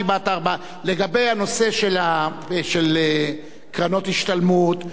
לגבי הנושא של קרנות השתלמות,